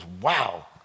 wow